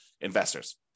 investors